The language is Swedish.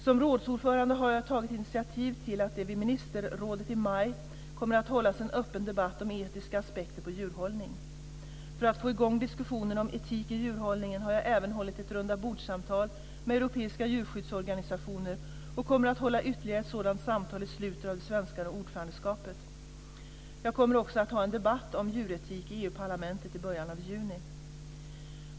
Som rådsordförande har jag tagit initiativ till att det vid ministerrådet i maj kommer att hållas en öppen debatt om etiska aspekter på djurhållning. För att få i gång diskussionen om etik i djurhållningen har jag även hållit ett rundabordssamtal med europeiska djurskyddsorganisationer och kommer att hålla ytterligare ett sådant samtal i slutet av det svenska ordförandeskapet. Jag kommer också att ha en debatt om djuretik i EU-parlamentet i början av juni.